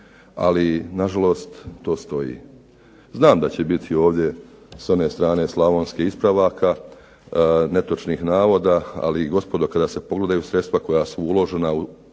ali nažalost to stoji. Znam da će biti ondje s one strane slavonske ispravaka netočnih navoda, ali gospodo kada se pogledaju sredstva koja su uložena u